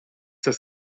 das